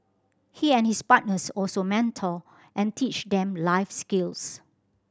he and his partners also mentor and teach them life skills